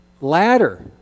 Ladder